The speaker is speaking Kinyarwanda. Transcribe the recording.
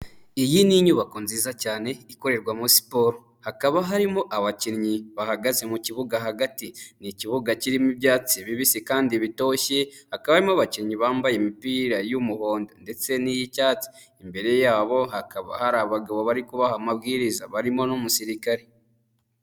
Iyi ni inyubako nziza cyane ikorerwa muri siporo, hakaba harimo abakinnyi bahagaze mu kibuga hagati ni ikibuga kirimo ibyatsi bibisi kandi bitoshye, hakabamo abakinnyi bambaye imipira y'umuhondo ndetse n'iy'icyatsi imbere yabo hakaba hari abagabo bari kubaha amabwiriza barimo n'umusirikare.